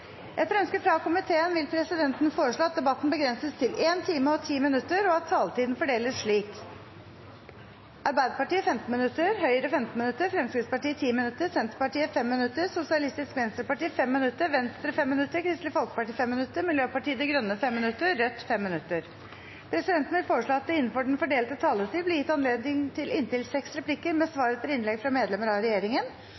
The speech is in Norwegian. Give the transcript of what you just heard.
at taletiden fordeles slik: Arbeiderpartiet 15 minutter, Høyre 15 minutter, Fremskrittspartiet 10 minutter, Senterpartiet 5 minutter, Sosialistisk Venstreparti 5 minutter, Venstre 5 minutter, Kristelig Folkeparti 5 minutter, Miljøpartiet De Grønne 5 minutter og Rødt 5 minutter. Presidenten vil foreslå at det – innenfor den fordelte taletid – blir gitt anledning til seks replikker med